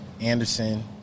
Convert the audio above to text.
Anderson